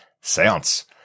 seance